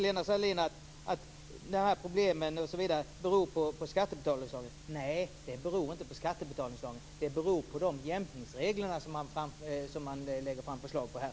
Lena Sandlin-Hedman säger att problemen beror på skattebetalningslagen. Nej, de beror inte på skattebetalningslagen - de beror på de jämkningsregler som man lägger fram förslag om här.